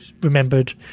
remembered